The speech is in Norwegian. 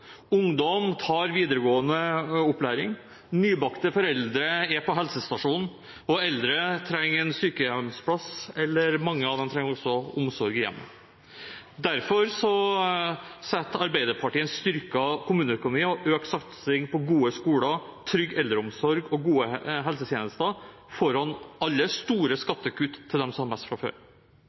Ungdom tar videregående opplæring. Nybakte foreldre er på helsestasjonen. Eldre trenger en sykehjemsplass, og mange av dem trenger også omsorg i hjemmet. Derfor setter Arbeiderpartiet en styrket kommuneøkonomi og økt satsing på gode skoler, trygg eldreomsorg og gode helsetjenester foran alle store skattekutt til dem som har mest fra før.